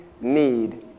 need